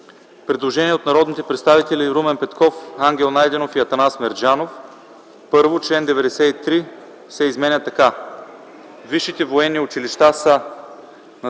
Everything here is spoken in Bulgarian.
Предложение от народните представители Румен Петков, Ангел Найденов и Атанас Мерджанов: „1. Член 93 се изменя така: